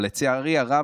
אבל לצערי הרב,